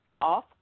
off